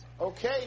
okay